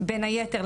בין היתר,